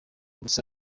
gusa